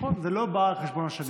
נכון, זה לא אחד על חשבון השני.